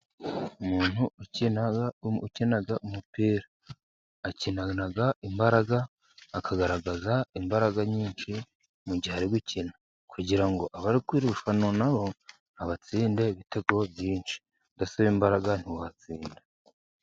Umuntu ukina umupira akinana imbaraga akagaragaza imbaraga nyinshi mu gihe ari gukina, kugira ngo abo ari kurushanwa nobo abatsinde ibitego byinshi, udafite imbaraga ntiwabatsinda.